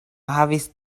havis